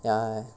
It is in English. ya ya ya